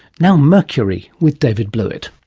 now mercury, with david blewett.